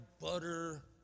butter